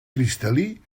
cristal·lí